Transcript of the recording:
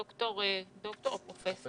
פרופ'